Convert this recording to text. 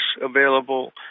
available